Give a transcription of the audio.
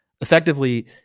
effectively